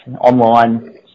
Online